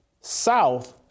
South